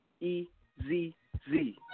E-Z-Z